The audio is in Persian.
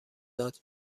داد